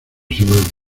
semana